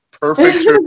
Perfect